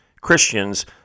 Christians